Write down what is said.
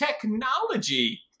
technology